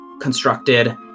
constructed